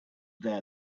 there